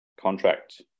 contract